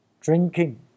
drinking